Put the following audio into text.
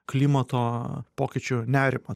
klimato pokyčių nerimą